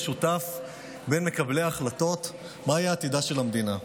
שותף בין מקבלי ההחלטות על מה יהיה עתידה של המדינה.